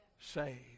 saved